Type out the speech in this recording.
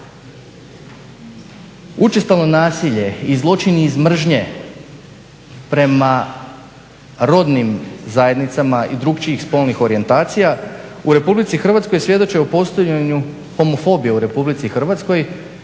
Učestalo nasilje i zločini iz mržnje prema rodnim zajednicama i drukčijih spolnih orijentacija, u Republici Hrvatskoj svjedoče o postojanju homofobije u Republici Hrvatskoj.